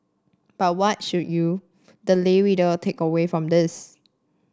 but what should you the lay reader take away from this